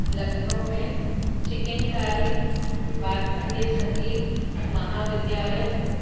लखनऊ में चिकनकारी भात खंडे संगीत महाविद्यालय